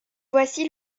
voici